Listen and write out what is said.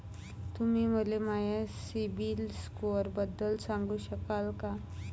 तुम्ही मले माया सीबील स्कोअरबद्दल सांगू शकाल का?